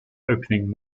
opening